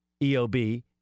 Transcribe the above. EOB